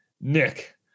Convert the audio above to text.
nick